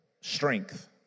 strength